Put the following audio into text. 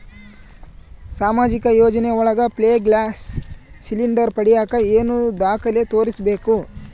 ಸಾಮಾಜಿಕ ಯೋಜನೆ ಒಳಗ ಫ್ರೇ ಗ್ಯಾಸ್ ಸಿಲಿಂಡರ್ ಪಡಿಯಾಕ ಏನು ದಾಖಲೆ ತೋರಿಸ್ಬೇಕು?